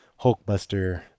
Hulkbuster